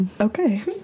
Okay